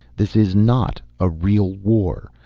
this is not a real war,